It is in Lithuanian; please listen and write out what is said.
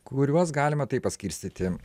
kuriuos galima taip paskirstyti